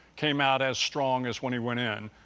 came out as strong as when we went in.